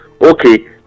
Okay